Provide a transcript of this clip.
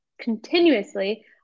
continuously